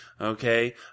okay